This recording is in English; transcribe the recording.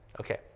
Okay